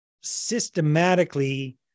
systematically